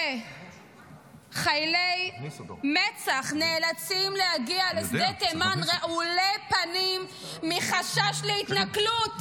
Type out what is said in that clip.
כשחיילי מצ"ח נאלצים להגיע לשדה תימן רעולי פנים מחשש להתנכלות